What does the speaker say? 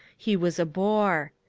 he was a bore.